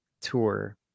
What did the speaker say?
tour